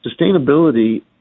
sustainability